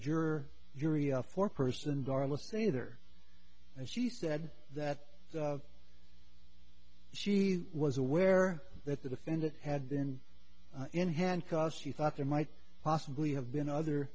juror jury a four person darla stay there and she said that she was aware that the defendant had been in handcuffs she thought there might possibly have been other